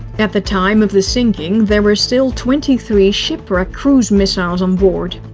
at the time of the sinking, there were still twenty three shipwreck cruise missiles on board.